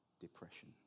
depression